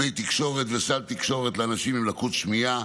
דמי תקשורת וסל תקשורת לאנשים עם לקות שמיעה,